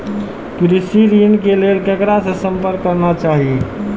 कृषि ऋण के लेल ककरा से संपर्क करना चाही?